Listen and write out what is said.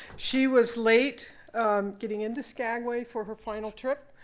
she was late getting into skagway for her final trip,